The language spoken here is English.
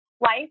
life